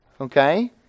Okay